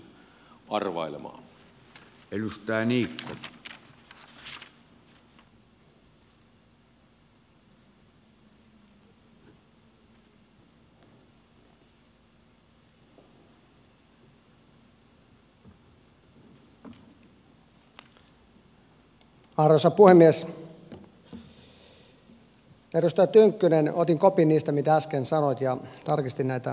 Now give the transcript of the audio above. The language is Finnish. edustaja tynkkynen otin kopin niistä mitä äsken sanoit ja tarkistin näitä puheitani